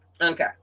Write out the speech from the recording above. Okay